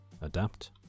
adapt